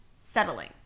settling